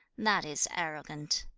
that is arrogant.